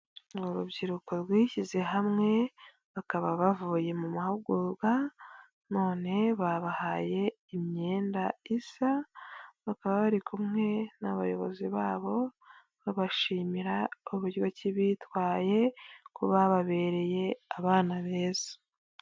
Ni urubyiruko rwishyize hamwe bakaba bavuye mu mahugurwa none babahaye imyenda isa bakaba bari kumwe n'abayobozi babo babashimira uburyo ki bitwaye ko bababereye abana beza.